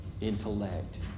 intellect